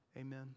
Amen